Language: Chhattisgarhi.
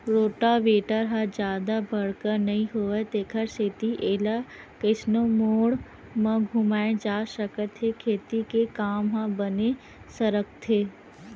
रोटावेटर ह जादा बड़का नइ होवय तेखर सेती एला कइसनो मोड़ म घुमाए जा सकत हे खेती के काम ह बने सरकथे